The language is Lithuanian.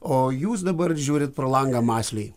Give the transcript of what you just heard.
o jūs dabar žiūrit pro langą mąsliai